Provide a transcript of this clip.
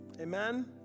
Amen